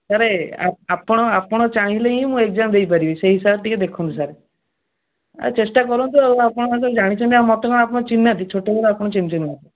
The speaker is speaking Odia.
ସାରେ ଆପଣ ଆପଣ ଚାହିଁଲେ ହିଁ ମୁଁ ଏଗ୍ଜାମ୍ ଦେଇପାରିବି ସେହି ହିସାବରେ ଟିକିଏ ଦେଖନ୍ତୁ ସାର୍ ଆଉ ଚେଷ୍ଟା କରନ୍ତୁ ଆଉ ଆପଣମାନେ ତ ଜାଣିଛନ୍ତି ଆଉ ମୋତେ କ'ଣ ଆପଣ ଚିହ୍ନିନାହାନ୍ତି ଛୋଟ ବେଳୁ ଆପଣ ଚିହ୍ନିଛନ୍ତି ମୋତେ